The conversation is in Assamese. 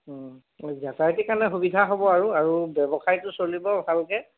যাতায়তৰ কাৰণে সুবিধা হ'ব আৰু আৰু ব্যৱসায়টো চলিব ভালোকে